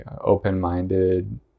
open-minded